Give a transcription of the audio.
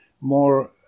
more